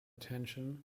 tension